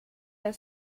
der